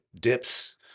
dips